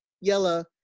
Yella